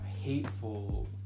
hateful